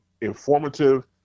Informative